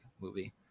movie